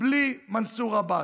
בלי מנסור עבאס.